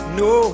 no